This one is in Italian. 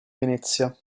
venezia